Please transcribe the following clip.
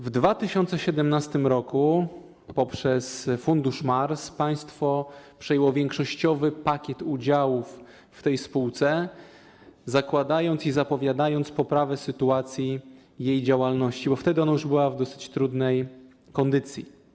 W 2017 r. poprzez fundusz MARS państwo przejęło większościowy pakiet udziałów w tej spółce, zakładając i zapowiadając poprawę sytuacji, jej działalności, bo wtedy już była w dosyć trudnej kondycji.